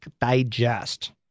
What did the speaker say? digest